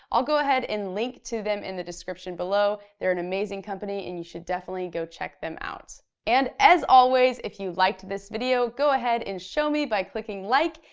um go ahead and link to them in the description below. they're an amazing company and you should definitely go check them out. and as always, if you liked this video, go ahead and show me by clicking like,